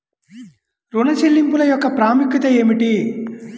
ఋణ చెల్లింపుల యొక్క ప్రాముఖ్యత ఏమిటీ?